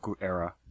era